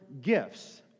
gifts